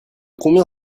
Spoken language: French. combien